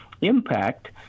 impact